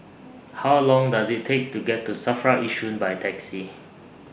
How Long Does IT Take to get to SAFRA Yishun By Taxi